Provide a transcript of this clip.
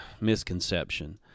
misconception